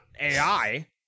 AI